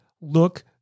look